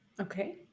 Okay